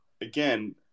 again